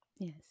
Yes